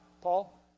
Paul